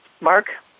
Mark